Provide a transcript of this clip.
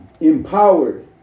empowered